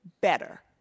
better